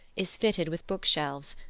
is fitted with bookshelves,